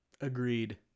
Agreed